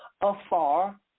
afar